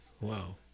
wow